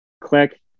click